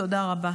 תודה רבה.